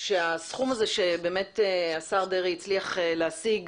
שהסכום הזה שבאמת השר דרעי הצליח להשיג